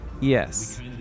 Yes